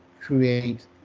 create